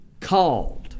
called